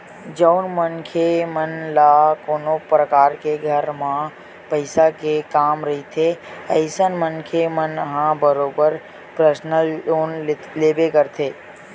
जउन मनखे मन ल कोनो परकार के घर म पइसा के काम रहिथे अइसन मनखे मन ह बरोबर परसनल लोन लेबे करथे